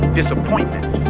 disappointment